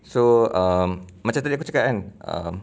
so um macam tadi aku cakap kan